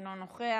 אינו נוכח,